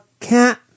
cat